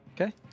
Okay